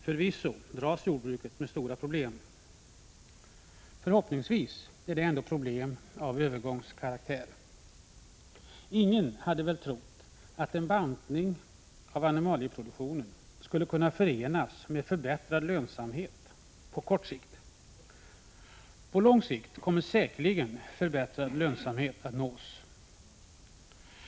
Förvisso dras jordbruket med stora problem. Förhoppningsvis är det ändå problem av övergångskaraktär. Ingen hade väl trott att en bantning av animalieproduktionen skulle kunna förenas med förbättrad lönsamhet på kort sikt. På lång sikt kommer säkerligen förbättrad lönsamhet att nås.